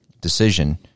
Decision